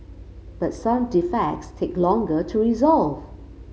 but some defects take longer to resolve